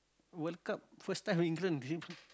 World-Cup first time England dream